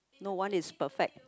no one is perfect